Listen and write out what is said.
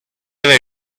away